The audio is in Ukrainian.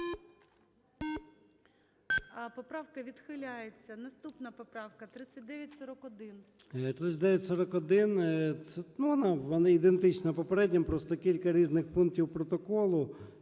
Поправка відхиляється. Наступна поправка - 3941. ЧЕРНЕНКО О.М. 3941 - вона ідентична попереднім, просто кілька різних пунктів протоколу.